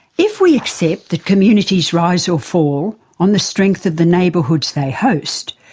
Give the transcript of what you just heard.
if we accept that communities rise or fall on the strength of the neighbourhoods they host,